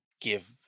give